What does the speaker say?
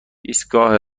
ایستگاه